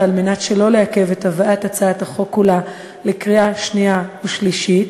ועל מנת שלא לעכב את הבאת הצעת החוק כולה לקריאה שנייה ושלישית,